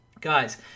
guys